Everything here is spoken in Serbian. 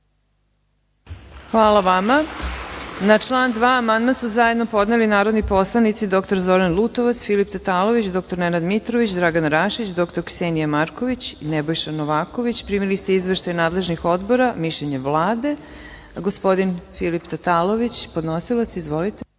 Hvala vama. Na član 2. amandman su zajedno podneli narodni poslanici dr Zoran Lutovac, Filip Tatalović, dr Nenad Mitrović, Dragana Rašić, dr Ksenija Marković i Nebojša Novaković. Primili ste izveštaje nadležnih odbora i mišljenje Vlade. Reč ima gospodin Filip Tatalović. Izvolite.